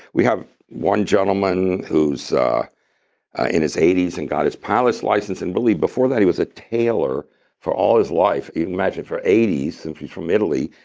we have one gentleman who's in his eighty s and got his pilot's license. and really before that, he was a tailor for all his life. you can imagine for eighty s, and he's from italy,